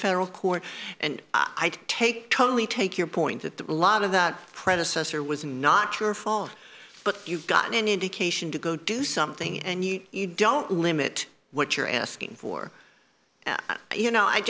federal court and i take totally take your point that the a lot of that predecessor was not your fault but you've gotten an indication to go do something and you don't limit what you're asking for but you know i